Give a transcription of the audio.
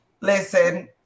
Listen